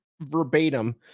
verbatim